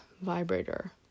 Vibrator